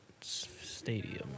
Stadium